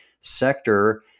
sector